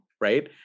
right